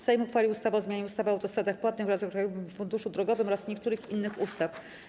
Sejm uchwalił ustawę o zmianie ustawy o autostradach płatnych oraz o Krajowym Funduszu Drogowym oraz niektórych innych ustaw.